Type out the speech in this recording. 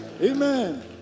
Amen